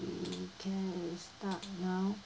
we can start now